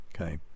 Okay